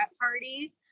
party